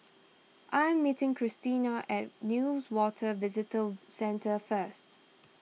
I am meeting Christena at Newater Visitor Centre first